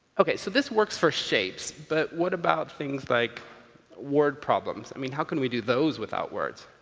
ok, so this works for shapes. but what about things like word problems? i mean, how can we do those without words?